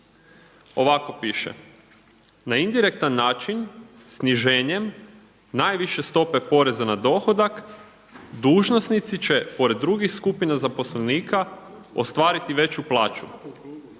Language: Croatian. Ovako piše: Na indirektan način sniženjem najviše stope poreza na dohodak dužnosnici će pored drugih skupina zaposlenika ostvariti veću plaću.